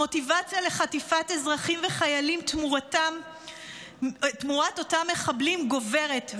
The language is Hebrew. המוטיבציה לחטיפת אזרחים וחיילים תמורת אותם מחבלים גוברת,